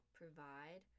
provide